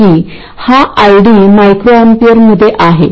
2 KN ID असे आहे